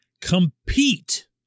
compete